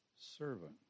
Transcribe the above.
servant